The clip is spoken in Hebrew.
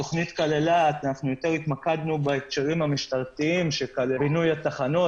בתכנית יותר התמקדנו בהקשרים המשטרתיים בתחנות,